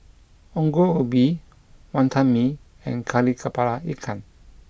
Ongol Ubi Wonton Mee and Kari Kepala Ikan